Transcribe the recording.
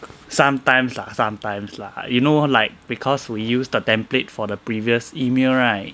sometimes lah sometimes lah you know like because we use the template for the previous email right